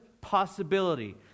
possibility